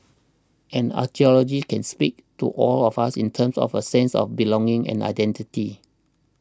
and archaeology can speak to all of us in terms of a sense of belonging and identity